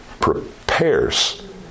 prepares